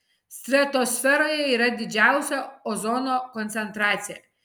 stratosferoje yra didžiausia ozono koncentracija